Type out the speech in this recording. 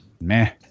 Meh